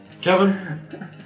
Kevin